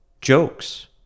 jokes